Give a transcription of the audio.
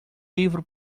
livro